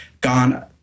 gone